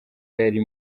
yari